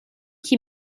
qui